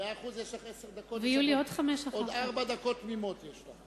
עוד ארבע תמימות יש לך.